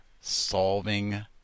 solving